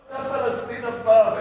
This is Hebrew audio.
לא היתה פלסטין אף פעם.